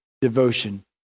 devotion